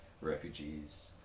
refugees